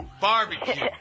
Barbecue